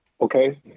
Okay